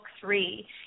three